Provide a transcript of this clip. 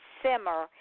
simmer